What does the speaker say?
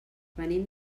venim